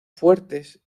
fuertes